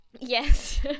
yes